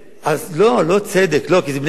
לא צדק, כי זו בנייה בלתי חוקית.